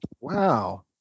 Wow